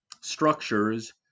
structures